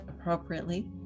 appropriately